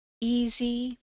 easy